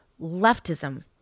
leftism